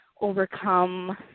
overcome